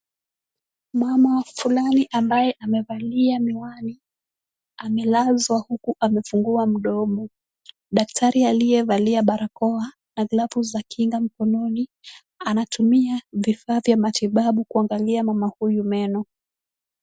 Mama fulani ambaye amevalia miwani amelazwa huku amefungua mdomo. Daktari aliyevalia barakoa na glavu za kinga mkononi, anatumia vifaa vya matibabu kuangalia mama huyu meno.